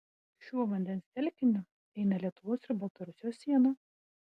šiuo vandens telkiniu eina lietuvos ir baltarusijos siena